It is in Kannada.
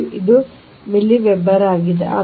4605 ಇದು ಮಿಲಿ ವೆಬರ್ ಆಗಿದೆ